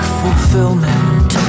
fulfillment